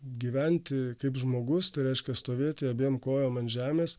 gyventi kaip žmogus tai reiškia stovėti abiem kojom ant žemės